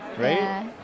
right